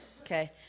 Okay